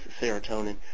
serotonin